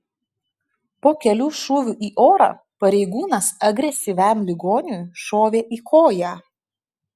po kelių šūvių į orą pareigūnas agresyviam ligoniui šovė į koją